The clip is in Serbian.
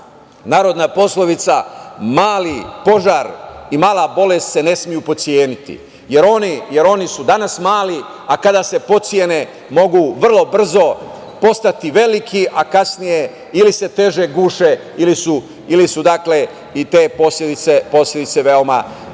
narodna poslovica, mali požar i mala bolest se ne smeju potceniti, jer oni su danas mali, a kada se potcene mogu vrlo brzo postati veliki, a kasnije ili se teže guše ili su i te posledice veoma